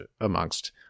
amongst